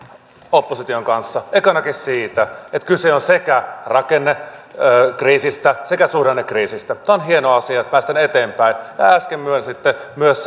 opposition kanssa ekanakin siitä että kyse on sekä rakennekriisistä että suhdannekriisistä tämä on hieno asia että päästään eteenpäin ja äsken myönsitte myös